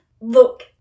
Look